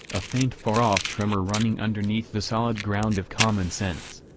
a faint far-off tremor running underneath the solid ground of common sense.